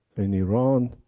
in iran,